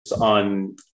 on